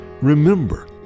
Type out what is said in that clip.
Remember